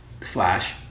Flash